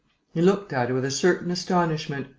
he looked at her with a certain astonishment,